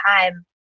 time